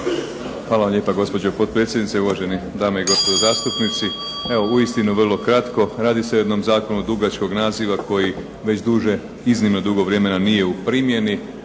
vam lijepa. Gospođo potpredsjednice, uvažene dame i gospodo zastupnici. Evo uistinu vrlo kratko. Radi se o jednom zakonu dugačkog naziva koji već duže iznimno dugo vremena nije u primjeni.